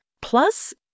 Plus